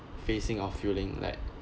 facing or feeling like